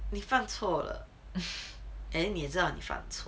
你犯错了 and then 你也知道你犯错